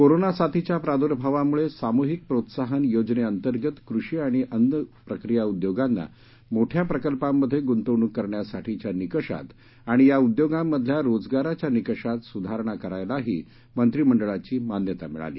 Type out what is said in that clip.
corona साथीच्या प्रादृभावामुळे सामूहिक प्रोत्साहन योजनेतअंतर्गत कृषी आणि अन्न प्रक्रिया उद्योगांना मोठ्या प्रकल्पांमध्ये गुंतवणूक करण्यासाठीच्या निकषात आणि या उद्योगांमधल्या रोजगाराच्या निकषात सुधारणा करायलाही मंत्रिमंडळाची मान्यता मिळाली